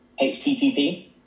HTTP